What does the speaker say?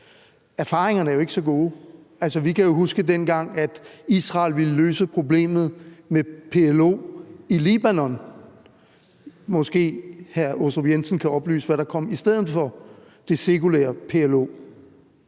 Erfaringerne er ikke så gode, for vi kan jo huske, dengang Israel ville løse problemet med PLO i Libanon. Måske hr. Michael Aastrup Jensen kan oplyse, hvad der kom i stedet for det sekulære PLO.